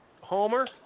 Homer